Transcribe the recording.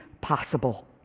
possible